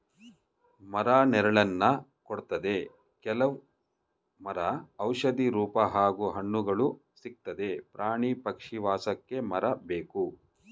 ಮರ ನೆರಳನ್ನ ಕೊಡ್ತದೆ ಕೆಲವ್ ಮರ ಔಷಧಿ ರೂಪ ಹಾಗೂ ಹಣ್ಣುಗಳು ಸಿಕ್ತದೆ ಪ್ರಾಣಿ ಪಕ್ಷಿ ವಾಸಕ್ಕೆ ಮರ ಬೇಕು